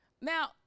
now